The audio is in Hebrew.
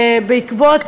בעקבות